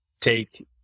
take